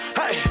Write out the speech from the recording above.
hey